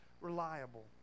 reliable